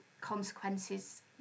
consequences